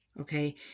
okay